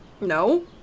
No